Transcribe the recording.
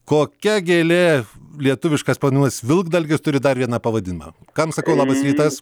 kokia gėlė lietuviškas pavadinimas vilkdalgis turi dar vieną pavadinimą kam sakau labas rytas